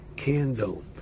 candle